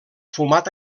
fumat